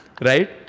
right